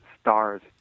stars